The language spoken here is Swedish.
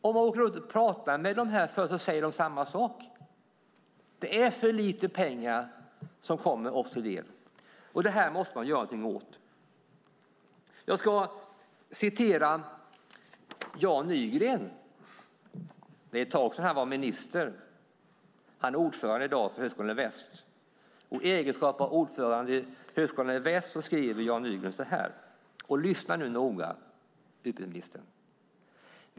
Om man åker runt och talar med personer där säger de samma sak, nämligen att det är för lite pengar som kommer dem till del och att någonting måste göras åt det. Jag ska citera Jan Nygren. Det är ett tag sedan han var minister. Han är i dag ordförande för Högskolan Väst. Lyssna nu noga, utbildningsministern, på vad Jan Nygren i egenskap av ordförande för Högskolan Väst har skrivit.